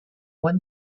one